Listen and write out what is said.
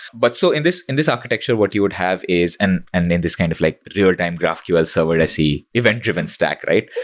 but so in this in this architecture, what you would have is and and in this kind of like real-time graphql server se, event-driven stack, right?